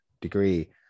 degree